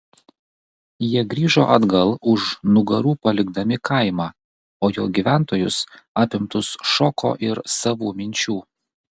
jie grįžo atgal už nugarų palikdami kaimą o jo gyventojus apimtus šoko ir savų minčių